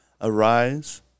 arise